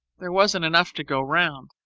there wasn't enough to go round,